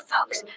Folks